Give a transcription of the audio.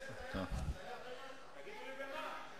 תשנה את היחס.